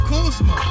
Kuzma